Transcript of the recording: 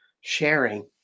sharing